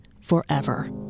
forever